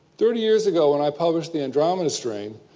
thirty years ago, when i published the andromeda strain,